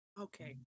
okay